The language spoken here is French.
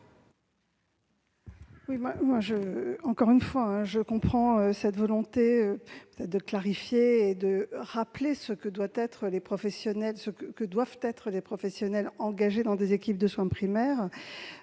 Encore une fois, je comprends cette volonté de clarifier et de rappeler quels doivent être les professionnels engagés dans des équipes de soins primaires.